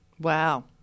Wow